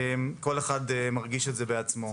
כל אחד מרגיש את זה בעצמו.